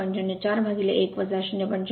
०4 १ ०